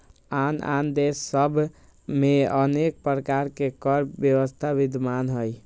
आन आन देश सभ में अनेक प्रकार के कर व्यवस्था विद्यमान हइ